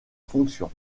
fonction